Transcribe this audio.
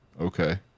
Okay